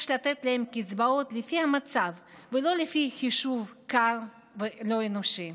יש לתת להם קצבאות לפי המצב ולא לפי חישוב קר ולא אנושי.